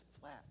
flat